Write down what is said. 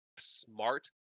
smart